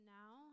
now